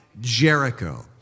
Jericho